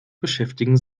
beschäftigen